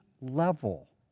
level